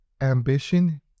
Ambition